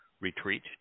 retreat